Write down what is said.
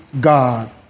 God